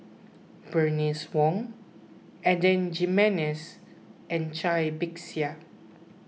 Bernice Wong Adan Jimenez and Cai Bixia